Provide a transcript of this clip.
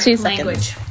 language